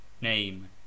Name